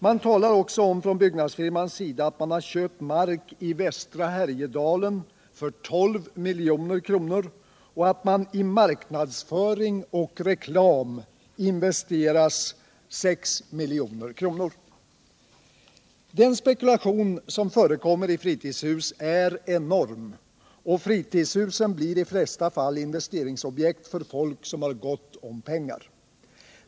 Man talar från byggnadsfirmans sida också om att man köpt mark i västra Härjedalen för 12 milj.kr. och att i marknadsföring och reklam investeras 6 milj.kr. Den spekulation som förekommer i fritidshus är enorm, och fritidshusen blir i de flesta fall investeringsobjekt för folk som har gott om pengar.